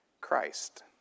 Christ